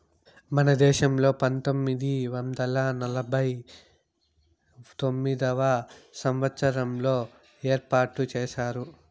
మన దేశంలో పంతొమ్మిది వందల నలభై తొమ్మిదవ సంవచ్చారంలో ఏర్పాటు చేశారు